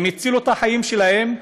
הם הצילו את החיים שלהם.